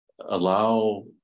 allow